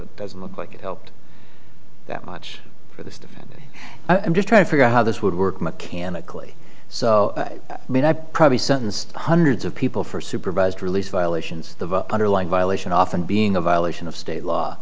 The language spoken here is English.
helps doesn't look like it helped that much for the i'm just trying to figure out how this would work mechanically so i mean i probably sentenced hundreds of people for supervised release violations the underlying violation often being a violation of state law